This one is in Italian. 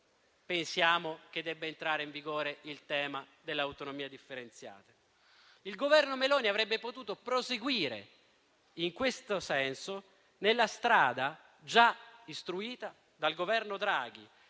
e che dopo debba entrare in vigore il tema dell'autonomia differenziata. Il Governo Meloni avrebbe potuto proseguire in questo senso, nella strada già istruita dal Governo Draghi,